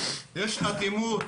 יש אטימות.